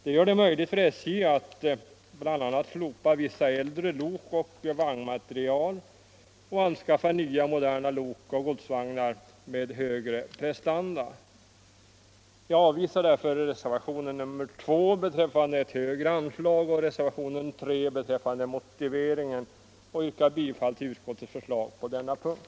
Det gör det möjligt för SJ att bl.a. slopa äldre lok och vagnmateriel och anskaffa nya, moderna lok och godsvagnar med högre prestanda. Jag avvisar således reservationen 2 beträffande ett högre anslag och reservationen 3 beträffande motiveringen och yrkar bifall till utskottets hemställan på denna punkt.